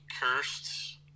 Cursed